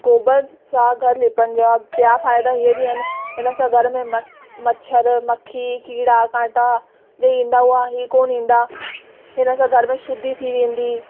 गोबर सां घर लीपण जा ॿिया फ़ाइदा हीअ बि आहिनि हिनसां घर में म मच्छर मक्खी कीड़ा कांटा जे ईंदा हुआ ही कोन्ह ईंदा हिनसां घर में शुद्धी थी वेंदी